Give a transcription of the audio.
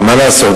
מה לעשות,